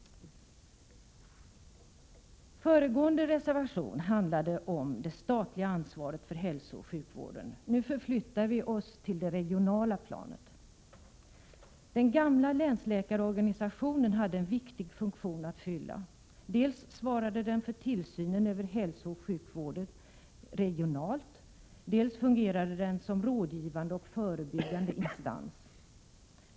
Föregående reservation handlade om det statliga ansvaret för hälsooch sjukvården. Nu förflyttar vi oss till det regionala planet. Den gamla länsläkarorganisationen hade en viktig funktion att fylla; dels svarade den för tillsynen över hälsooch sjukvården regionalt, dels fungerade den som rådgivande och förebyggande instans.